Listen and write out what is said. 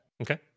Okay